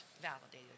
validated